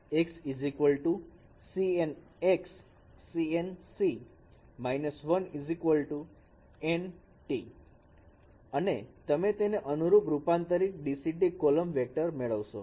X CNx C −1 N T અને તમે તેને અનુરૂપ રૂપાંતરિત DCT કોલમ વેક્ટર મેળવશો